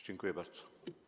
Dziękuję bardzo.